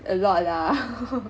a lot lah